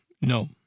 no